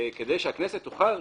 כדי שהכנסת תוכל